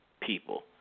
people